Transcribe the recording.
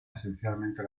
esencialmente